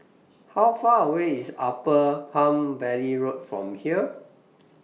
How Far away IS Upper Palm Valley Road from here